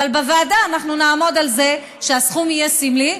אבל בוועדה אנחנו נעמוד על זה שהסכום יהיה סמלי,